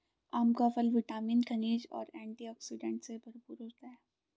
आम का फल विटामिन, खनिज और एंटीऑक्सीडेंट से भरपूर होता है